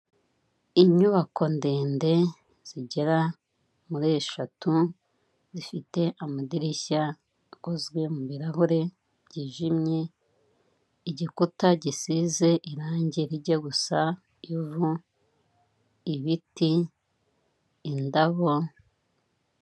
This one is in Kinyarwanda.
Inyubako ndende zigera muri eshatu, zifite amadirishya akozwe mu birahure byijimye, igikuta gisize irangi rijya gusa ivu, ibiti, indabo.